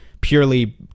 purely